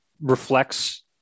Reflects